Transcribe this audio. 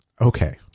Okay